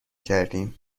کردیم